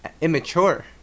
Immature